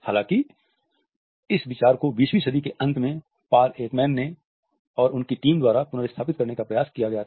हालांकि इस विचार को 20 वीं शताब्दी के अंत में पॉल एकमैन और उनकी टीम द्वारा पुनर्स्थापित करने का प्रयास किया गया था